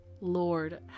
Lord